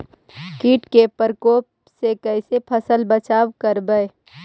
कीट के परकोप से कैसे फसल बचाब रखबय?